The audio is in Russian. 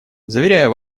заверяю